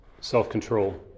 self-control